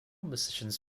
musicians